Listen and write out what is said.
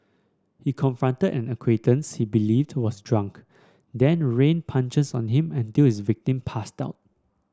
he confronted an acquaintance he believed was drunk then rained punches on him until his victim passed out